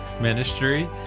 Ministry